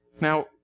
Now